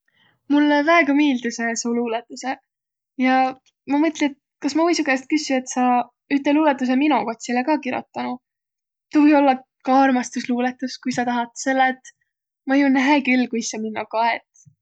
Mullõ väega miildüseq su luulõtusõq ja ma mõtli, et kas ma või su käest küssüq, et sa üte luulõtusõ mino kotsilõ ka kirotanuq. Tuu või ollaq ka armastusluulõtus, ku sa tahat, selle et ma jo näe küll, kuis a minno kaet.